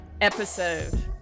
episode